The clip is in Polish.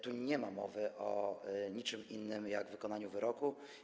Tu nie ma mowy o niczym innym jak o wykonaniu wyroku.